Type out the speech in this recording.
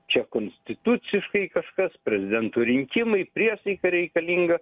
čia konstituciškai kažkas prezidento rinkimai priesaika reikalinga